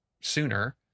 sooner